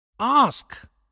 ask